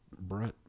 Brett